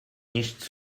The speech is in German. nichts